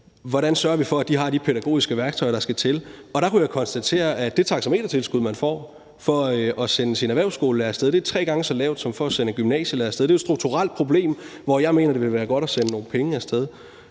Hvordan sørger vi for, at de har de pædagogiske værktøjer, der skal til? Og der kunne jeg konstatere, at det taxametertilskud, man får, for at sende sin erhvervsskolelærer af sted, er tre gange så lavt som for at sende en gymnasielærer af sted. Det er jo et strukturelt problem, som jeg mener det vil være godt at sende nogle penge efter.